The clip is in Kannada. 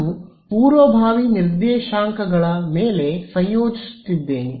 ನಾನು ಪೂರ್ವಭಾವಿ ನಿರ್ದೇಶಾಂಕಗಳ ಮೇಲೆ ಸಂಯೋಜಿಸುತ್ತಿದ್ದೇನೆ